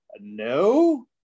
no